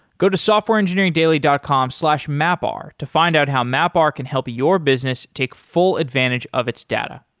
go to softwareengineeringdaily dot com slash mapr to find out how mapr can help your business take full advantage of its data.